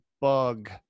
bug